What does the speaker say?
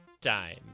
time